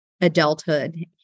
adulthood